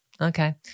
okay